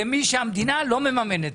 זה מי שהמדינה לא מממנת.